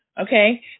Okay